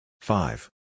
Five